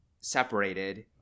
separated